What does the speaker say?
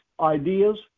ideas